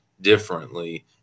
differently